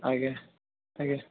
ଆଜ୍ଞା ଆଜ୍ଞା